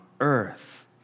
earth